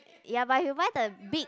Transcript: ya buy you buy the big